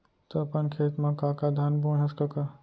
त अपन खेत म का का धान बोंए हस कका?